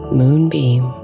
moonbeam